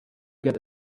get